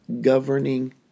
governing